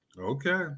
Okay